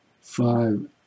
Five